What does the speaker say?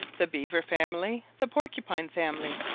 the beaver family, the porcupine family,